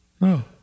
No